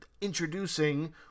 introducing